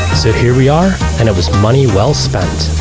so here we are, and it was money well spent.